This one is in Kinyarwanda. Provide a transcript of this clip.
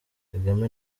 kagame